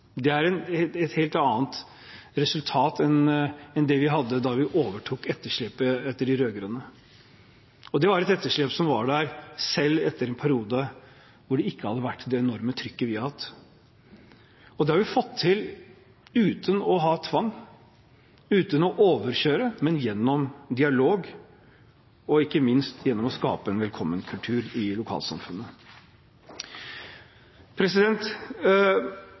000 flyktninger. Det er et helt annet resultat enn det vi hadde da vi overtok etterslepet etter de rød-grønne, og det var et etterslep som var der selv etter en periode uten det enorme trykket som vi har hatt. Og dette har vi fått til uten tvang, uten å overkjøre, men gjennom dialog og ikke minst gjennom å skape en velkommenkultur i lokalsamfunnet.